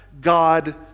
God